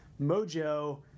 Mojo